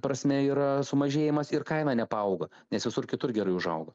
prasme yra sumažėjimas ir kaina nepaauga nes visur kitur gerai užauga